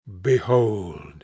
behold